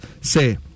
say